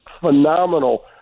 phenomenal